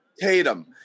Tatum